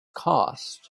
cost